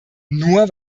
nur